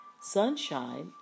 sunshine